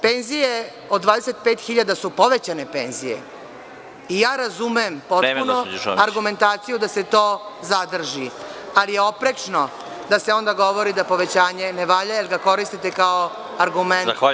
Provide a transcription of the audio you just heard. Penzije od 25.000 su povećane penzije i potpuno razumem argumentaciju da se to zadrži, ali je oprečno da se onda govori da povećanje ne valja, jer ga koristite kao argument sebi u korist.